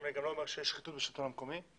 אני גם לא אומר שיש שחיתות בשלטון המקומי.